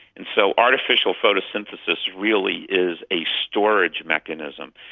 and so artificial photosynthesis really is a storage mechanism,